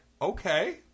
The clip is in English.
Okay